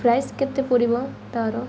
price କେତେ ପଡ଼ିବ ତା'ର